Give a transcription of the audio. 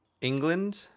England